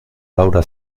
laura